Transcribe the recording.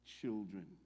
children